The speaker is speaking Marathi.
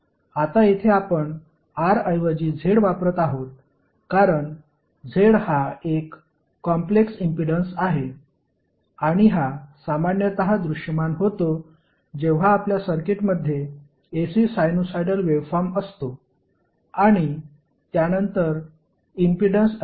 आता येथे आपण R ऐवजी Z वापरत आहोत कारण Z हा एक कॉम्प्लेक्स इम्पीडन्स आहे आणि हा सामान्यतः दृश्यमान होतो जेव्हा आपल्या सर्किटमध्ये AC साइनुसॉईडल वेव्हफॉर्म असतो आणि त्यानंतर इम्पीडन्स अक्रॉस व्होल्टेज घेतो